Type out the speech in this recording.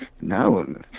No